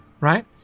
Right